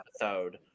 episode